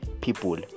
people